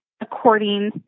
according